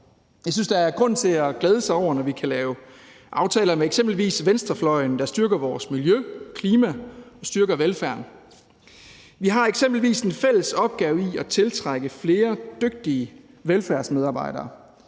Jeg synes, der er grund til at glæde sig, når vi kan lave aftaler med eksempelvis venstrefløjen, der styrker vores miljø, klima og velfærd. Vi har eksempelvis en fælles opgave i at tiltrække flere dygtige velfærdsmedarbejdere